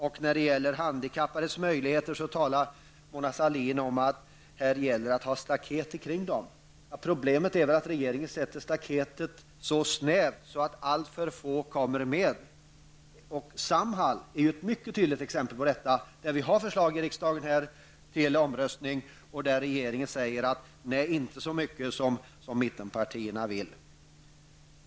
Och vad beträffar handikappades möjligheter talar Mona Sahlin om att här gäller det att ha staket omkring. Problemet är väl att regeringen sätter staketet så snävt att allt för få kommer med. Samhall är ett mycket tydligt exempel på detta. Vi har ju förslag uppe till omröstning i riksdagen och regeringen säger: Nej, inte så mycket som mittenpartierna vill.